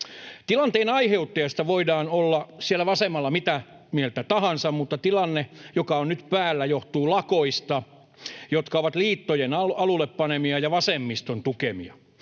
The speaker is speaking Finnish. Tilanteen aiheuttajasta voidaan olla siellä vasemmalla mitä mieltä tahansa, mutta tilanne, joka on nyt päällä, johtuu lakoista, jotka ovat liittojen alulle panemia ja vasemmiston tukemia.